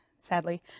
sadly